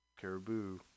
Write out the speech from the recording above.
Caribou